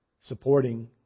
supporting